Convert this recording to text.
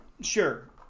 Sure